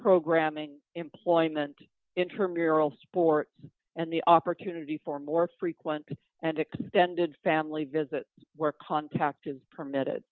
programming employment intramural sports and the opportunity for more frequent and extended family visit where contact is permitted